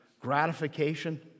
gratification